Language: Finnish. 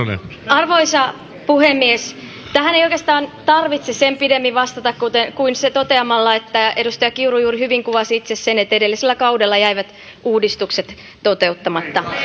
arvoisa puhemies tähän ei oikeastaan tarvitse sen pidemmin vastata kuin toteamalla että edustaja kiuru juuri hyvin kuvasi itse sen että edellisellä kaudella jäivät uudistukset toteuttamatta